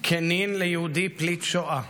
כנין ליהודי פליט שואה,